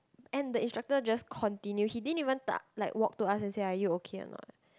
and the instructor just continue he didn't even t~ like walk to us and say are you okay or not